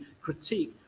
critique